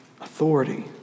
authority